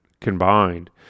combined